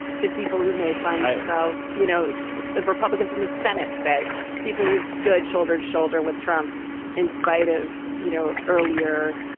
to people who may find themselves, you know, it's the republicans in the senate say people who've stood shoulder to shoulder with trump in spite of, you know, earlier,